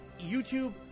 YouTube